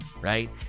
right